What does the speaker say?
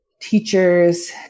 teachers